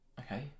Okay